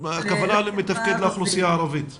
הכוונה מתפקד לאוכלוסייה הערבית.